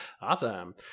Awesome